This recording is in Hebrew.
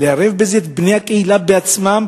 לערב בזה את בני הקהילה בעצמם,